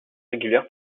régulière